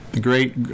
great